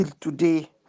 today